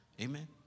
amen